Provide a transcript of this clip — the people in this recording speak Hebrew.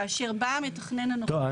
כאשר בא המתכנן הנוכחי -- טוב,